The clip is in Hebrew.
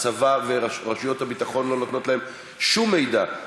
הצבא ורשויות הביטחון לא נותנות להם שום מידע,